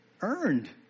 earned